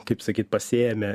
kaip sakyt pasiėmė